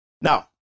Now